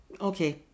okay